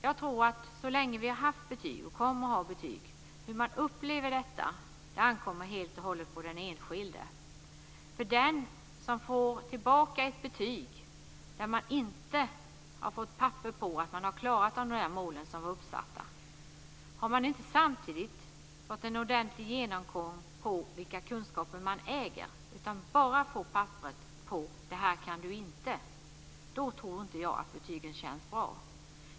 Jag tror att så länge som vi har haft betyg och så länge vi kommer att ha betyg så ankommer det på den enskilde hur man upplever detta. Om den som får tillbaka ett betyg där man inte har fått papper på att man har klarat de mål som var uppsatta inte samtidigt har fått en ordentlig genomgång av vilka kunskaper man äger utan bara får papper på vad man inte kan, så tror jag inte att betygen känns bra.